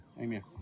Amen